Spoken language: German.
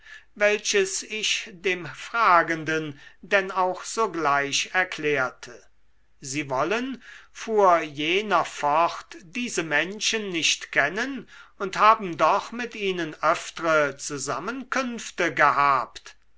welches ich dem fragenden denn auch sogleich erklärte sie wollen fuhr jener fort diese menschen nicht kennen und haben doch mit ihnen öftre zusammenkünfte gehabt